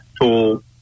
tool